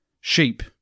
sheep